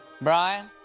Brian